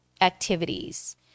activities